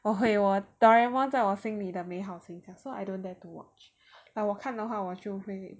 毁我 Doraemon 在我心里的美好形 so I don't dare to watch like 我看的话我就会